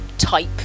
Type